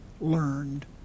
learned